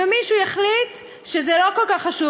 ומישהו יחליט שזה לא כל כך חשוב,